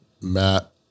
Matt